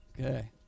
okay